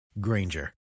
Granger